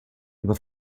über